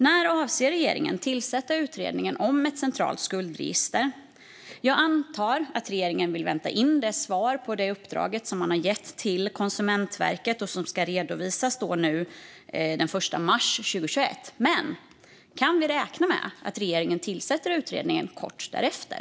När avser regeringen att tillsätta utredningen om ett centralt skuldregister? Jag antar att regeringen vill vänta in resultatet av det uppdrag som man har gett till Konsumentverket och som ska redovisas den 1 mars 2021. Men kan vi räkna med att regeringen tillsätter utredningen kort därefter?